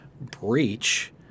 breach